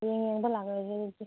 ꯌꯦꯡꯕ ꯂꯥꯛꯂꯒꯦ ꯑꯗꯨꯗꯤ